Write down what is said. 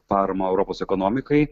paramą europos ekonomikai